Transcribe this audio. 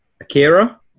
Akira